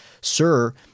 sir